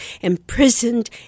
imprisoned